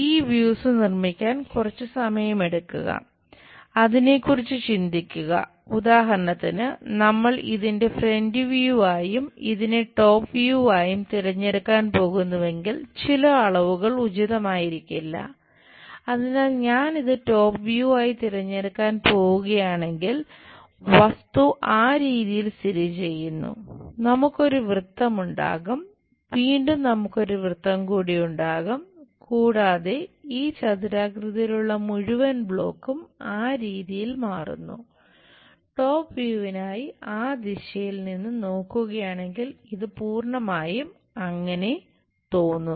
ഈ വ്യൂസ് നമ്മൾ ആ ദിശയിൽ നിന്ന് നോക്കുകയാണെങ്കിൽ ഇത് പൂർണ്ണമായും അങ്ങനെ തോന്നുന്നു